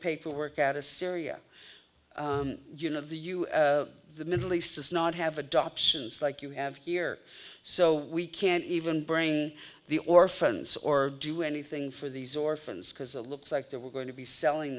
paperwork out of syria you know the u the middle east is not have adoptions like you have here so we can't even bring the orphans or do anything for these orphans because a looks like they're going to be selling